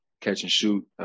catch-and-shoot